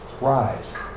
rise